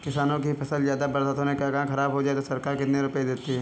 किसानों की फसल ज्यादा बरसात होने के कारण खराब हो जाए तो सरकार कितने रुपये देती है?